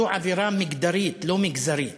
זו עבירה מגדרית, לא מגזרית,